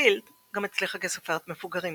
פילד גם הצליחה כסופרת מבוגרים